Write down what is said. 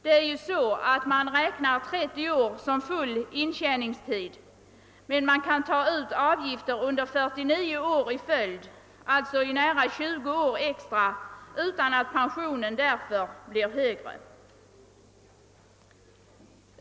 Det är ju så att man räknar 30 år som full intjäningstid, men avgifter kan ias ut under 49 år i följd, alltså i nära 20 år extra, utan att pensionen därmed blir högre.